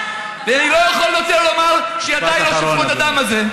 ואני לא יכול יותר לומר שידיי לא שפכו את הדם הזה,